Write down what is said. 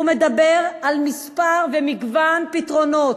והוא מדבר על מספר ומגוון פתרונות.